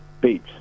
beach